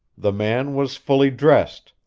the man was fully dressed.